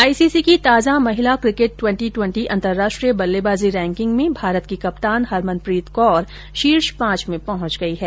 ICC की ताजा महिला क्रिकेट ट्येंटी ट्येंटी अंतरराष्ट्रीय बल्लेबाजी रैंकिंग में भारत की कप्तान हरमनप्रीत कौर शीर्ष पांच में पहुंच गयी हैं